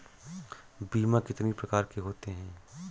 बीमा कितनी प्रकार के होते हैं?